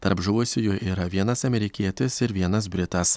tarp žuvusiųjų yra vienas amerikietis ir vienas britas